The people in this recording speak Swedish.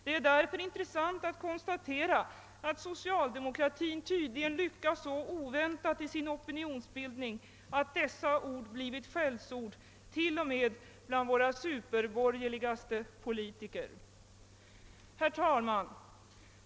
Det är därför intressant att konstatera, att socialdemokratin tydligen lyckats så oväntat i sin opinionsbildning, att dessa ord blivit skällsord till och med bland våra superborgerligaste politiker. Herr talman!